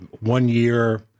one-year